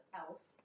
elf